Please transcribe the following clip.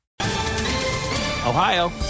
Ohio